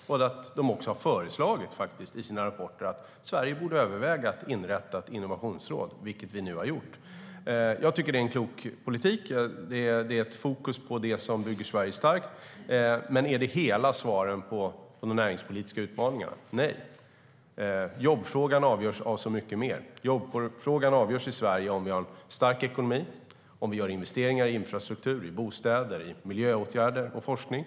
De har också föreslagit i sina rapporter att Sverige borde överväga att inrätta ett innovationsråd, vilket vi nu har gjort. Jag tycker att det är en klok politik. Det är fokus på det som bygger Sverige starkt. Men är det hela svaret på de näringspolitiska utmaningarna? Nej. Jobbfrågan avgörs av så mycket mer. Jobbfrågan avgörs i Sverige av om vi har stark ekonomi och om vi gör investeringar i infrastruktur, i bostäder, i miljöåtgärder och i forskning.